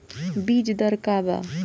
बीज दर का वा?